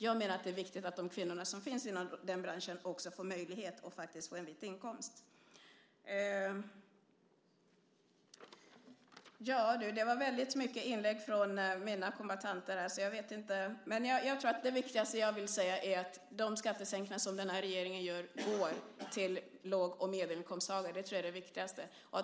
Jag menar att det är viktigt att de kvinnor som finns inom den branschen också får möjlighet till en vit inkomst. Det var väldigt många inlägg från mina kombattanter här. Det viktigaste jag vill säga är att de skattesänkningar som regeringen gör går till låg och medelinkomsttagarna. Det tror jag är det viktigaste.